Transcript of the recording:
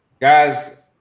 guys